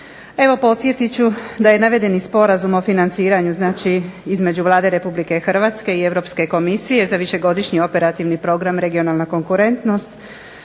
Evo, podsjetit ću da je navedeni sporazum o financiranju znači između Vlade RH i Europske komisije za višegodišnji operativni program "Regionalna konkurentnost"